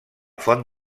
font